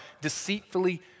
deceitfully